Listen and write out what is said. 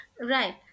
Right